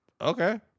okay